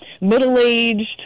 middle-aged